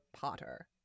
Potter